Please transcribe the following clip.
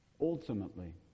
Ultimately